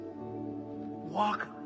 Walk